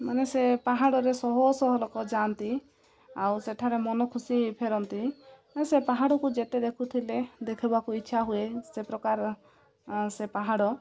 ମାନେ ସେ ପାହାଡ଼ରେ ଶହ ଶହ ଲୋକ ଯାଆନ୍ତି ଆଉ ସେଠାରେ ମନ ଖୁସି ଫେରନ୍ତି ସେ ପାହାଡ଼କୁ ଯେତେ ଦେଖୁଥିଲେ ଦେଖବାକୁ ଇଚ୍ଛା ହୁଏ ସେ ପ୍ରକାର ସେ ପାହାଡ଼